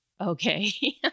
okay